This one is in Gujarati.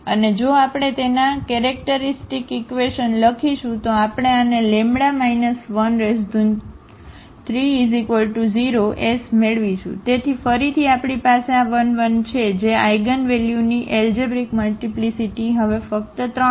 અને જો આપણે તેના કેરેક્ટરિસ્ટિક ઈક્વેશન લખીશું તો આપણે આને λ 130 s મેળવીશું તેથી ફરીથી આપણી પાસે આ 1 1 1 છે જે આ આઇગનવેલ્યુની એલજેબ્રિક મલ્ટીપ્લીસીટી હવે ફક્ત 3 છે